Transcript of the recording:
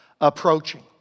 approaching